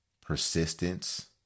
persistence